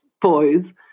boys